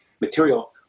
material